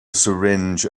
syringe